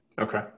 okay